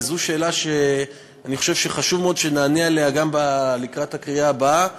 וזו שאלה שאני חושב שחשוב מאוד שנענה עליה גם לקראת הקריאה הבאה,